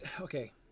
okay